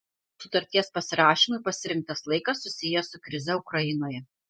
sutarties pasirašymui pasirinktas laikas susijęs su krize ukrainoje